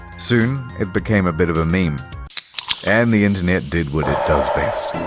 soon, it became a bit of a meme and the internet did what it does best.